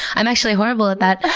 i'm actually horrible at that.